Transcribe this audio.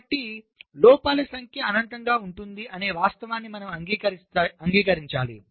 కాబట్టి లోపాల సంఖ్య అనంతంగా ఉంటుంది అనే వాస్తవాన్ని మనము అంగీకరిస్తే